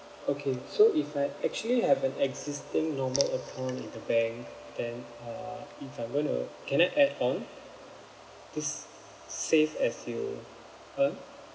okay so if I actually have an existing normal account in the bank then uh if I'm going to can I add on this save as you earn